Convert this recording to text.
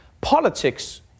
politics